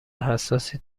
حساسی